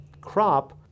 crop